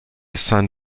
san